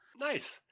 nice